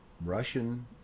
Russian